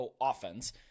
offense